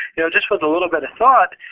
you know just with a little bit of thought,